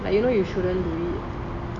like you know you shouldn't do it